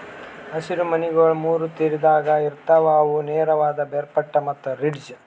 ಹಸಿರು ಮನಿಗೊಳ್ ಮೂರು ರೀತಿದಾಗ್ ಇರ್ತಾವ್ ಅವು ನೇರವಾದ, ಬೇರ್ಪಟ್ಟ ಮತ್ತ ರಿಡ್ಜ್